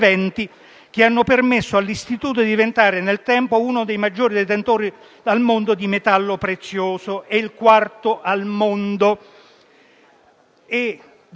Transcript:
che hanno permesso all'Istituto di diventare, nel tempo, uno dei maggiori detentori al mondo di metallo prezioso, il quarto al mondo.